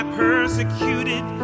persecuted